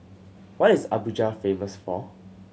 what is Abuja famous for